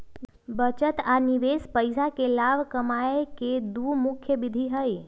बचत आ निवेश पैसा से लाभ कमाय केँ दु प्रमुख विधि हइ